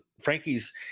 frankie's